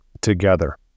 together